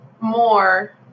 more